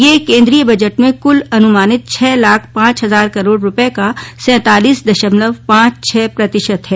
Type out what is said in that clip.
यह केन्द्रीय बजट में कुल अनुमानित छह लाख पांच हजार करोड़ रुपये का सैंतालीस दशमलव पांच छह प्रतिशत है